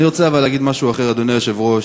אני רוצה, אבל, להגיד משהו אחר, אדוני היושב-ראש.